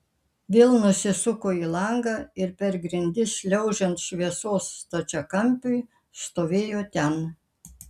vėl nusisuko į langą ir per grindis šliaužiant šviesos stačiakampiui stovėjo ten